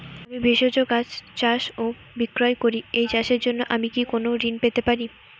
আমি ভেষজ গাছ চাষ ও বিক্রয় করি এই চাষের জন্য আমি কি কোন ঋণ পেতে পারি?